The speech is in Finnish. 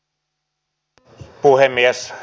arvoisa puhemies